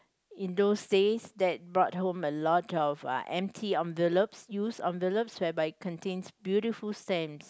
in those days that bought home a lot of uh empty envelopes used envelopes whereby it contains beautiful stamps